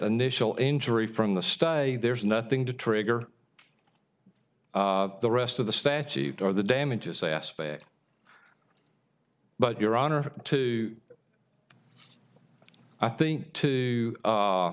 initial injury from the study there's nothing to trigger the rest of the statute or the damages aspect but your honor too i think to